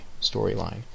storyline